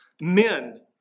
men